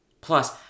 Plus